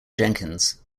jenkins